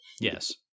Yes